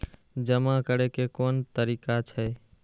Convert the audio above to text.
जमा करै के कोन तरीका छै?